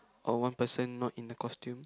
or one person not in the costume